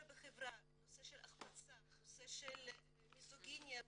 בחברה בנושא של החמצה ובנושא של מיזוגניה מופנמת.